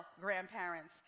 grandparents